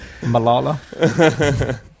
Malala